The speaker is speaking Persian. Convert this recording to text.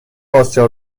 آسیا